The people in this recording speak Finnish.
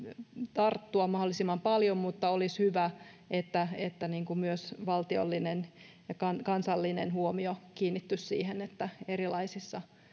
tarttua mahdollisimman paljon mutta olisi hyvä että että myös valtiollinen ja kansallinen huomio kiinnittyisi siihen että erilaisissa